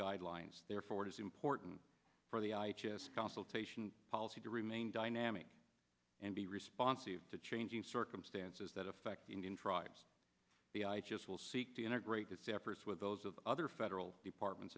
guidelines therefore it is important for the consultation policy to remain dynamic and be responsive to changing circumstances that affect the indian tribes the i just will seek to integrate its efforts with those of other federal departments